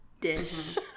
Dish